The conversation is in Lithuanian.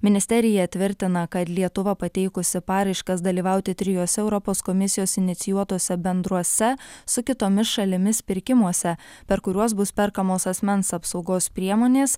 ministerija tvirtina kad lietuva pateikusi paraiškas dalyvauti trijuose europos komisijos inicijuotuose bendruose su kitomis šalimis pirkimuose per kuriuos bus perkamos asmens apsaugos priemonės